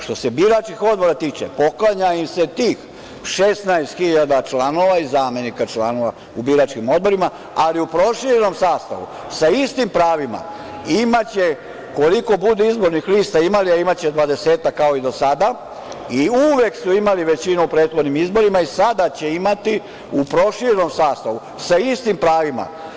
Što se biračkih odbora tiče, poklanja im se tih 16 hiljada članova i zamenika članova u biračkim odborima, ali u proširenom sastavu sa istim pravima imaće koliko izbornih lista budu imali, a imaće dvadesetak, kao i do sada, i uvek su imali većinu u prethodnim izborima, i sada će imati, u proširenom sastavu sa istim pravima.